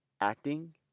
acting